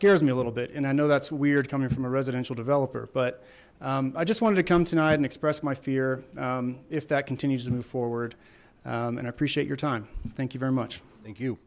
scares me a little bit and i know that's weird coming from a residential developer but i just wanted to come tonight and express my fear if that continues to move forward and i appreciate your time thank you very much thank you